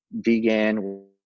vegan